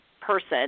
person